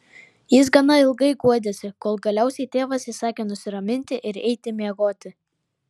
jis gana ilgai guodėsi kol galiausiai tėvas įsakė nusiraminti ir eiti miegoti